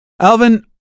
Alvin